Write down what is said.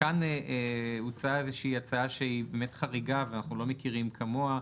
כאן הוצעה איזושהי הצעה שהיא חריגה ואנחנו לא מכירים כמוה,